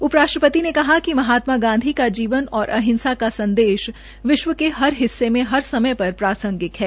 उपराष्ट्रपति ने कहा कि महात्मा गांधी का जीवन और अहिंसा का संदेश विश्व के हर हिस्से में हर समय पर प्रांसगिक है